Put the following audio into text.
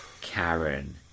Karen